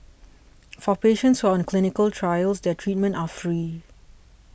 for patients on the clinical trials their treatments are free